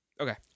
Okay